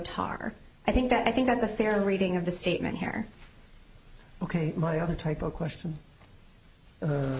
tar i think that i think that's a fair reading of the statement here ok my other type of question